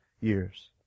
years